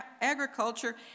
agriculture